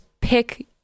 pick